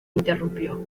interrumpió